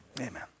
Amen